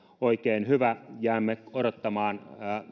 oikein hyvä jäämme odottamaan